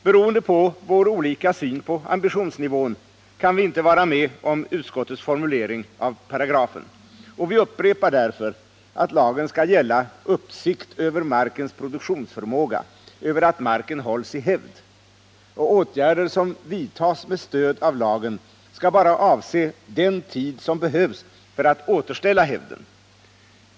Beroende på vår annorlunda syn på ambitionsnivån kan vi inte vara med om utskottets formulering av paragrafen. Vi upprepar därför att lagen skall gälla uppsikt över markens produktionsförmåga, över att marken hålls i hävd. Och åtgärder som vidtas med stöd av lagen skall bara avse den tid som behövs för att återställa hävden.